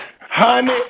Honey